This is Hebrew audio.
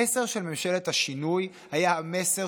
המסר של ממשלת השינוי היה המסר,